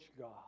God